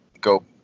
go